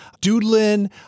doodling